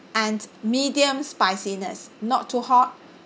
and medium spiciness not too hot